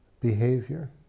behavior